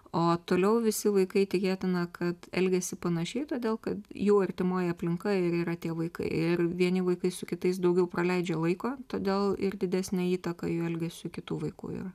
o toliau visi vaikai tikėtina kad elgiasi panašiai todėl kad jų artimoj aplinka ir yra tie vaikai ir vieni vaikai su kitais daugiau praleidžia laiko todėl ir didesnė įtaka jų elgesiui kitų vaikų ir